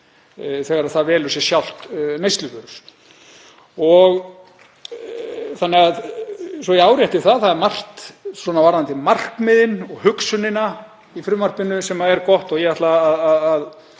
þegar það velur sér sjálft neysluvörur. Svo ég árétti það: Það er margt varðandi markmiðin og hugsunina í frumvarpinu sem er gott og ég ætla að